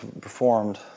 performed